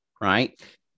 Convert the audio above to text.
Right